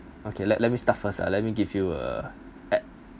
okay let let me start first ah let me give you a